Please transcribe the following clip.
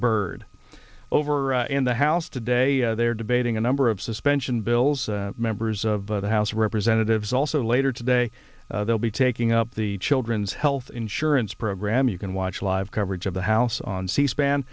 byrd over in the house today they're debating a number of suspension bills members of the house of representatives also later today they'll be taking up the children's health insurance program you can watch live coverage of the house on c span